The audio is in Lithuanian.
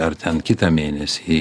ar ten kitą mėnesį